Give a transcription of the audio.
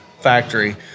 factory